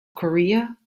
korea